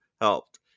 helped